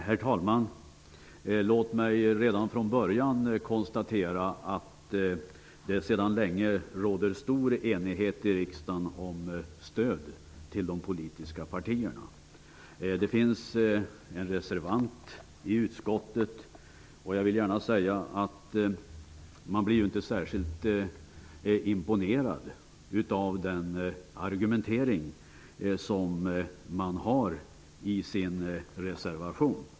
Herr talman! Låt mig konstatera att det sedan länge råder stor enighet i riksdagen om stöd till de politiska partierna. Det finns en reservant i utskottet. Man blir inte särskilt imponerad av den argumentering som Ny demokrati har i sin reservation.